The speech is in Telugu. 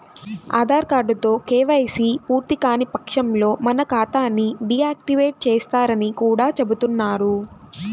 ఆధార్ కార్డుతో కేవైసీ పూర్తికాని పక్షంలో మన ఖాతా ని డీ యాక్టివేట్ చేస్తారని కూడా చెబుతున్నారు